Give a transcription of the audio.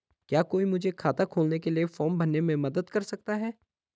क्या कोई मुझे खाता खोलने के लिए फॉर्म भरने में मदद कर सकता है?